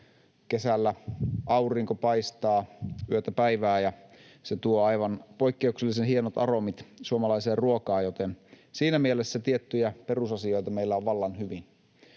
kesällä aurinko paistaa yötä päivää, ja se tuo aivan poikkeuksellisen hienot aromit suomalaiseen ruokaan, joten siinä mielessä tiettyjä perusasioita meillä on vallan hyvin.